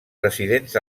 residents